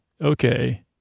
Okay